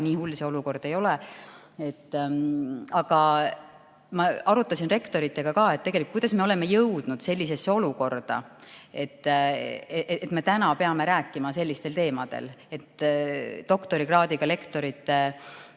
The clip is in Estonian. nii hull see olukord ei ole. Ma arutasin rektoritega, kuidas me oleme jõudnud sellisesse olukorda, et peame täna rääkima sellistel teemadel, et doktorikraadiga lektorite